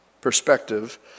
perspective